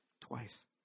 twice